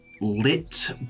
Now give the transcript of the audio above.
lit